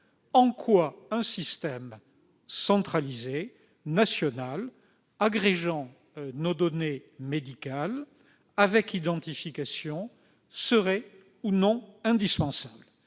Un système centralisé national agrégeant nos données médicales avec identification est-il indispensable ?